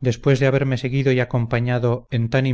después de haberme seguido y acompañado en tan